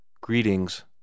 Greetings